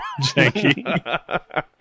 Janky